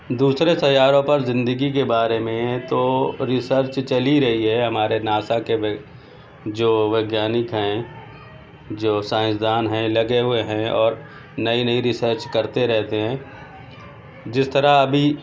دوسروں سیاروں پر زندگی کے بارے میں تو ریسرچ چل ہی رہی ہے ہمارے ناسا کے جو ویگیانک ہیں جو سائنسدان ہیں لگے ہوئے ہیں اور نئی نئی ریسرچ کرتے رہتے ہیں جس طرح ابھی